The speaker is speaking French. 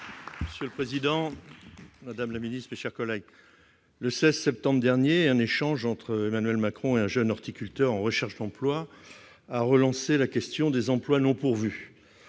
Monsieur le président, madame la ministre, mes chers collègues, le 16 septembre dernier, un échange entre Emmanuel Macron et un jeune horticulteur en recherche d'emploi a relancé la question des emplois non pourvus.